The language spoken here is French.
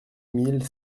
mille